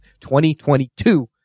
2022